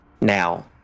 Now